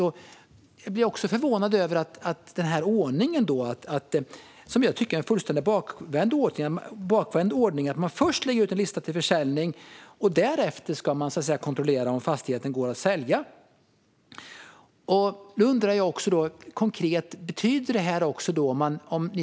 Jag blev även förvånad över en ordning som jag tycker är fullständigt bakvänd. Först lägger man ut en lista över sådant som finns till försäljning. Därefter ska man kontrollera om fastigheten kan säljas. Jag undrar vad detta konkret betyder.